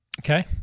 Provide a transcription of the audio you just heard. Okay